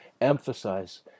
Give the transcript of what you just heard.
emphasize